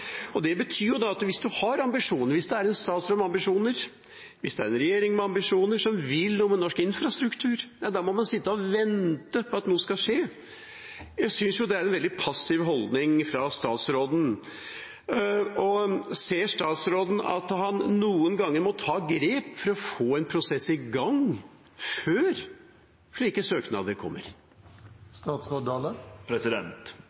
Det betyr at hvis man har ambisjoner, hvis det er en statsråd med ambisjoner, hvis det er en regjering med ambisjoner som vil noe med norsk infrastruktur, da må man sitte og vente på at noe skal skje. Jeg synes det er en veldig passiv holdning fra statsråden. Og ser statsråden at han noen ganger må ta grep for å få en prosess i gang før slike søknader kommer?